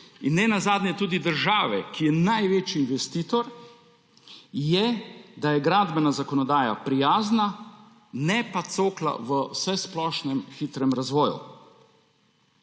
in ne nazadnje tudi države, ki je največji investitor, je, da je gradbena zakonodaja prijazna, ne pa cokla v vsesplošnem hitrem razvoju.